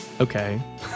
Okay